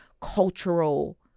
cultural